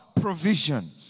provision